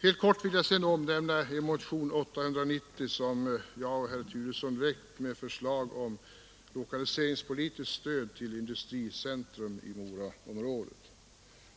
Helt kort vill jag sedan omnämna motionen 890 som jag och herr Turesson väckt med förslag till lokaliseringspolitiskt stöd till ett industricentrum i Moraområdet.